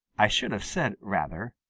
i should have said, rather,